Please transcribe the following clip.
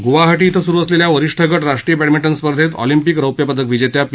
गुवाहाटी ॐ सुरु असलेल्या वरीष्ठ गट राष्ट्रीय बॅडमिंटन स्पर्धेत ऑलिम्पिक रौप्यपदक विजेत्या पी